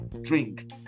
drink